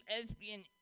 lesbian